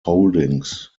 holdings